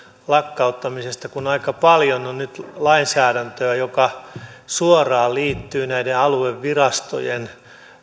lakkauttamisesta kun aika paljon on nyt lainsäädäntöä joka suoraan liittyy näiden aluevirastojen